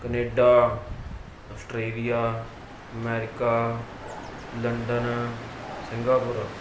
Canada Australia America London Singapore